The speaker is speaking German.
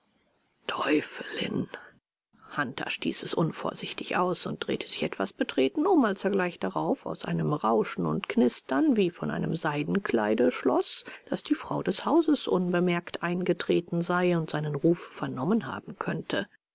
teufelin hunter stieß es unvorsichtig aus und drehte sich etwas betreten um als er gleich darauf aus einem rauschen und knistern wie von einem seidenkleide schloß daß die frau des hauses unbemerkt eingetreten sein und seinen ruf vernommen haben könnte